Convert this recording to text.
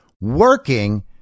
working